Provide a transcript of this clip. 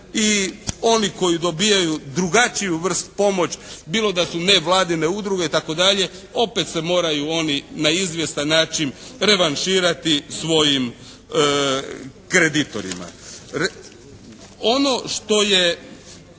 i oni koji dobijaju drugačiju vrstu, pomoć, bilo da su nevladine udruge itd. opet se moraju oni na izvjestan način revanšira ti svojim kreditorima. Ono što je